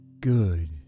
Good